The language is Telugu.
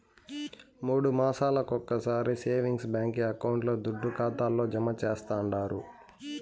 మూడు మాసాలొకొకసారి సేవింగ్స్ బాంకీ అకౌంట్ల దుడ్డు ఖాతాల్లో జమా చేస్తండారు